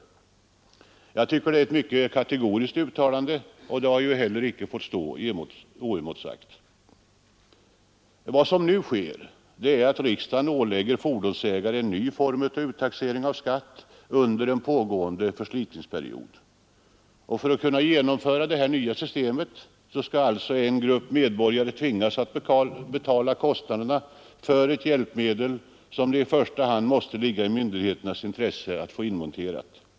22 november 1972 " i MR förslitningsperiod. För att man skall kunna genomföra det nya systemet Automobilskatt, Jag tycker det är ett mycket kategoriskt uttalande, och det har inte heller fått stå oemotsagt. Vad som nu sker är att riksdagen ålägger fordonsägare en ny form av uttaxering av skatt under en pågående skall alltså en grupp medborgare tvingas betala kostnaden för ett hjälpmedel som det i första hand måste ligga i myndigheternas intresse att få inmonterat.